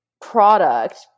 product